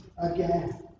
again